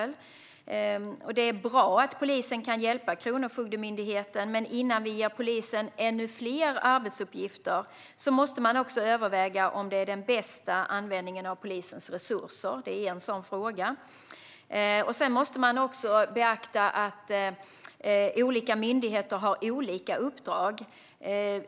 Det är bra att polisen kan hjälpa Kronofogdemyndigheten, men innan vi ger polisen ännu fler arbetsuppgifter måste man också överväga om det är den bästa användningen av polisens resurser. Det är en sådan fråga. Sedan måste man också beakta att olika myndigheter har olika uppdrag.